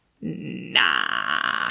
nah